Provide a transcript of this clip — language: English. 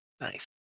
Nice